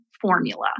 formula